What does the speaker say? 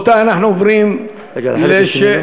רבותי, אנחנו עוברים, רגע, לחלק השני?